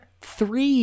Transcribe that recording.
three